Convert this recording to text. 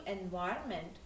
environment